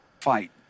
Fight